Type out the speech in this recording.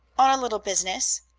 on a little business.